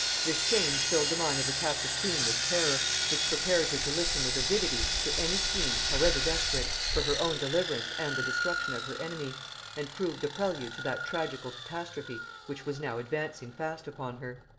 this change filled the mind of the captive queen with terror, which prepared her to listen with avidity to any schemes, however desperate, for her own deliverance and the destruction of her enemy and proved the prelude to that tragical castastrophe which was now advancing fast upon her.